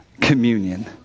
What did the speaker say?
communion